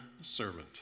servant